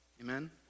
amen